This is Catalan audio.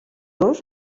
dos